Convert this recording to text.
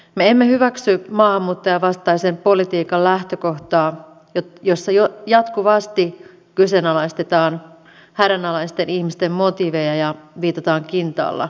me emme hyväksy maahanmuuttajavastaisen politiikan lähtökohtaa jossa jatkuvasti kyseenalaistetaan hädänalaisten ihmisten motiiveja ja viitataan kintaalla ihmisyydelle